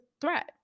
threat